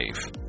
safe